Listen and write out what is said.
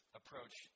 approach